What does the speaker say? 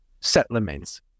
settlements